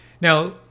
Now